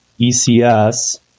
ECS